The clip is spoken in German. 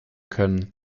können